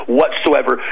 whatsoever